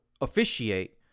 officiate